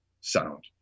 sound